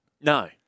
No